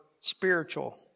spiritual